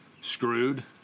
screwed